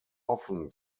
often